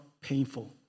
painful